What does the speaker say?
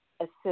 assist